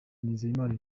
nizeyimana